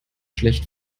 schlecht